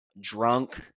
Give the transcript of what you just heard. drunk